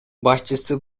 башчысы